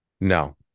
No